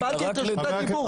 קיבלתי את רשות הדיבור.